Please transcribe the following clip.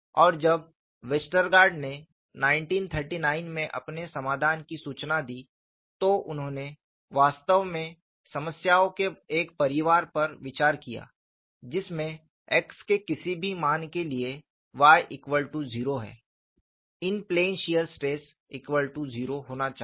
और जब वेस्टरगार्ड ने 1939 में अपने समाधान की सूचना दी तो उन्होंने वास्तव में समस्याओं के एक परिवार पर विचार किया जिसमें x के किसी भी मान के लिए y0 है इन प्लेन शीयर स्ट्रेस 0 होना चाहिए